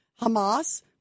Hamas